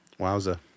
Wowza